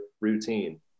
routine